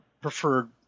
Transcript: preferred